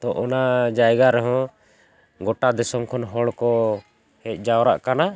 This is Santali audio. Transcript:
ᱛᱚ ᱚᱱᱟ ᱡᱟᱭᱜᱟ ᱨᱮᱦᱚᱸ ᱜᱚᱴᱟ ᱫᱤᱥᱚᱢ ᱠᱷᱚᱱ ᱦᱚᱲ ᱠᱚ ᱦᱮᱡ ᱡᱟᱣᱨᱟᱜ ᱠᱟᱱᱟ